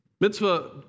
Mitzvah